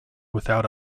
without